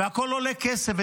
והכול עולה כסף,